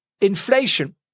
inflation